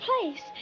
place